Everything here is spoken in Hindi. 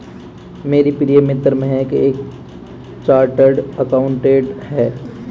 मेरी प्रिय मित्र महक एक चार्टर्ड अकाउंटेंट है